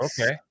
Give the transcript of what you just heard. Okay